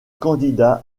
candidat